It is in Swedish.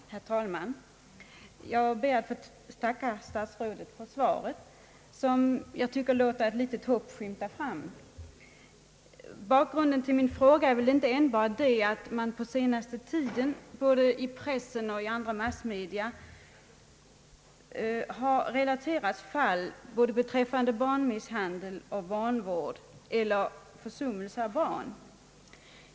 Herr talman! Jag ber att få tacka statsrådet Odhnoff för svaret, som jag tycker låter ett litet hopp skymta fram. Bakgrunden till min fråga är inte enbart att man på senaste tiden såväl i pressen som i andra massmedia har relaterat fall av både barnmisshandel och vanvård eller försummelse av barn.